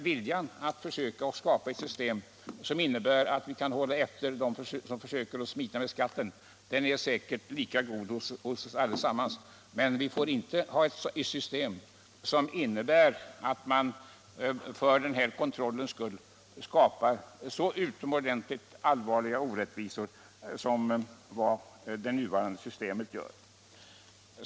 Viljan att försöka skapa ett system som gör det möjligt att hålla efter dem som försöker smita från skatten är säkert lika god hos oss allesammans. Men vi får inte ha ett system som innebär att man för den här kontrollens skull skapar så utomordentligt allvarliga orättvisor som det nuvarande systemet gör.